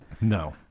No